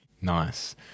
nice